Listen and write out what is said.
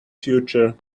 future